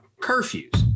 curfews